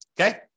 Okay